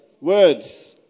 Words